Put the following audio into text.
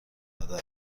هدر